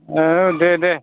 औ दे दे